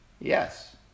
Yes